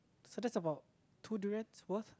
so that's about two durians worth